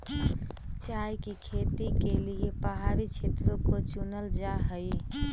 चाय की खेती के लिए पहाड़ी क्षेत्रों को चुनल जा हई